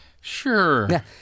Sure